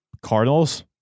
Cardinals